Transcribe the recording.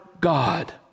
God